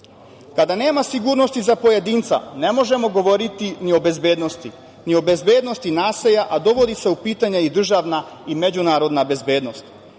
nema sigurnosti za pojedinca ne možemo govoriti ni o bezbednosti naselja, a dovodi se u pitanje i državna međunarodna bezbednost.